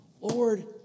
Lord